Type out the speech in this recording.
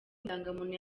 indangamuntu